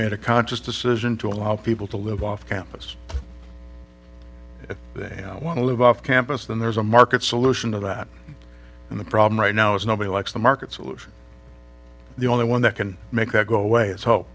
made a conscious decision to allow people to live off campus if they want to live off campus then there's a market solution to that and the problem right now is nobody likes the market solution the only one that can make that go away